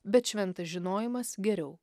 bet šventas žinojimas geriau